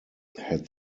had